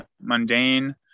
mundane